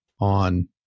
on